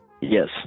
Yes